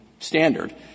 standard